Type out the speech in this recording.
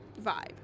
vibe